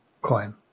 coin